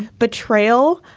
betrayal,